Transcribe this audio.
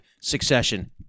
Succession